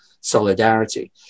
solidarity